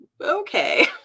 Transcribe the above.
okay